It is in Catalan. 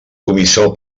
comissió